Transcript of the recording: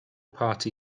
party